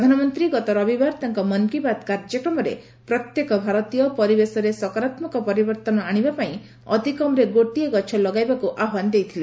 ପ୍ରଧାନମନ୍ତ୍ରୀ ଗତ ରବିବାର ତାଙ୍କ ମନ୍ କି ବାତ୍ କାର୍ଯ୍ୟକ୍ରମରେ ପ୍ରତ୍ୟେକ ଭାରତୀୟ ପରିବେଶରେ ସକରାତ୍ମକ ପରିବର୍ଭନ ଆଣିବା ପାଇଁ ଅତି କମ୍ରେ ଗୋଟିଏ ଗଛ ଲଗାଇବାକୁ ଆହ୍ୱାନ ଦେଇଥିଲେ